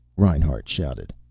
reinhart shouted.